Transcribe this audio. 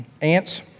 Ants